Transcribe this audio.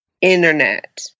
internet